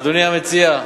אדוני המציע,